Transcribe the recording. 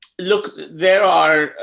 look, there are,